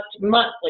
monthly